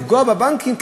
לפגוע בבנקים,